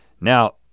Now